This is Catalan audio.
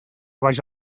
vaja